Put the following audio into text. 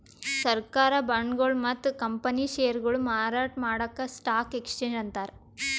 ಸರ್ಕಾರ್ ಬಾಂಡ್ಗೊಳು ಮತ್ತ್ ಕಂಪನಿ ಷೇರ್ಗೊಳು ಮಾರಾಟ್ ಮಾಡದಕ್ಕ್ ಸ್ಟಾಕ್ ಎಕ್ಸ್ಚೇಂಜ್ ಅಂತಾರ